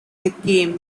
became